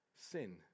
sin